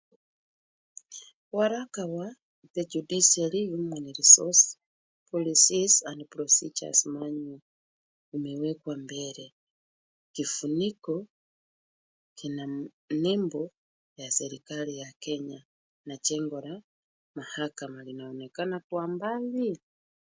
Waraka wa the Judiciary human resource policies and procedures manual umewekwa mbele. Kifuniko kina nembo ya serikali ya Kenya na jengo la mahakama linaonekana kwa mbali.